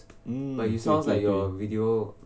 hmm 对对对